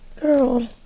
Girl